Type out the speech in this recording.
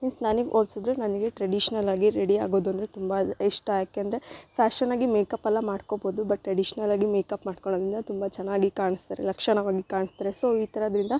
means ನನಗ್ ಹೋಲ್ಸಿದ್ರೆ ನನಗೆ ಟ್ರಡಿಷ್ನಲ್ಲಾಗಿ ರೆಡಿ ಆಗೋದು ಅಂದರೆ ತುಂಬ ಇಷ್ಟ ಯಾಕಂದ್ರೆ ಫ್ಯಾಶನಾಗಿ ಮೇಕಪ್ ಅಲ ಮಾಡ್ಕೊಬೋದು ಬಟ್ ಟ್ರಡಿಷ್ನಲ್ ಆಗಿ ಮೇಕಪ್ ಮಾಡ್ಕೊಳೋದಿಂದ ತುಂಬ ಚೆನ್ನಾಗಿ ಕಾಣಿಸ್ತಾರೆ ಲಕ್ಷಣವಾಗಿ ಕಾಣ್ತಾರೆ ಸೊ ಈ ಥರದ್ರಿಂದ